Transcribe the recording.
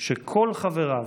שכל חבריו,